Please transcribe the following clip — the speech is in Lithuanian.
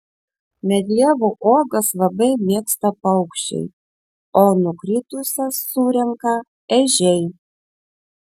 medlievų uogas labai mėgsta paukščiai o nukritusias surenka ežiai